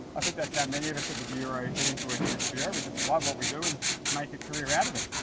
i think that's how many of us the bureau get into working at the bureau we just love what we do and make a career out of it.